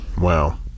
Wow